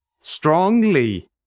strongly